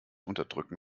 unterdrücken